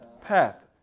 path